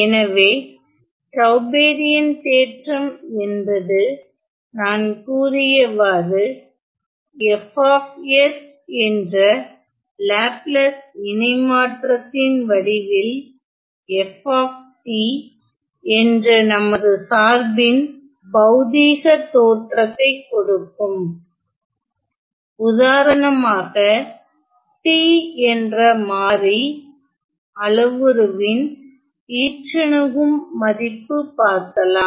எனவே டவ்பெரியன் தேற்றம் என்பது நான் கூறியவாறு F என்ற லாப்லாஸ் இணைமாற்றத்தின் வடிவில் f என்ற நமது சார்பின் பௌதீக தோற்றத்தைக் கொடுக்கும் உதாரணமாக t என்ற மாறி அளவுருவின் ஈற்றணுகும் மதிப்பு பார்க்கலாம்